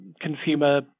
consumer